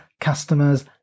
customers